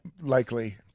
likely